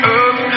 up